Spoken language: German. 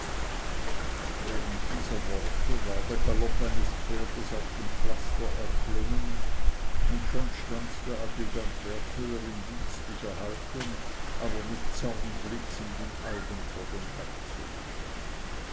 während dieser worte war der galopp eines pferdes auf dem pflaster erklungen und schon stand der adjutant wertmüller in dienstlicher haltung aber mit zornblitzenden augen vor dem herzog